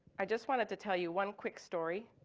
i just wanted to tell you one quick story